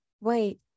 Wait